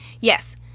Yes